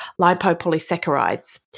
lipopolysaccharides